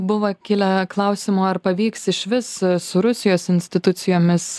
buvo kilę klausimų ar pavyks išvis su rusijos institucijomis